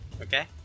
okay